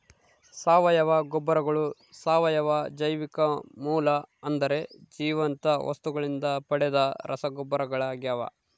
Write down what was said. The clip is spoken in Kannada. ಸಾವಯವ ಗೊಬ್ಬರಗಳು ಸಾವಯವ ಜೈವಿಕ ಮೂಲ ಅಂದರೆ ಜೀವಂತ ವಸ್ತುಗಳಿಂದ ಪಡೆದ ರಸಗೊಬ್ಬರಗಳಾಗ್ಯವ